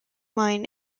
mine